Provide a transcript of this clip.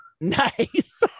Nice